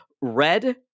red